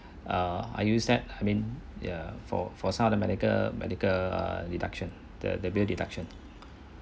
err I use that I mean ya for for some of the medical medical deduction the bill deduction